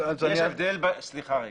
סליחה רגע,